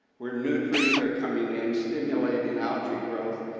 where nutrients are coming in stimulating algae growth.